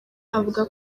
avuga